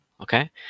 Okay